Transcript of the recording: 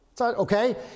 Okay